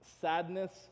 sadness